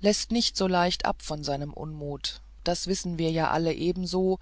läßt nicht so leicht ab von seinem unmut das wissen wir ja alle ebenso